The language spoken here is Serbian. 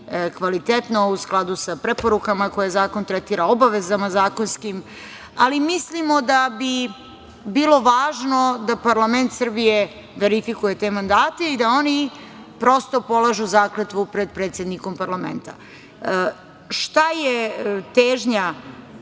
kvalitetno u skladu sa preporukama koje zakon tretira, obavezama zakonskim, ali mislimo da bi bilo važno da parlament Srbije verifikuje te mandate i da oni prosto polažu zakletvu pred predsednikom parlamenta. Šta je težnja